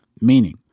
Meaning